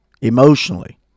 emotionally